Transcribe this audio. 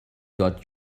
got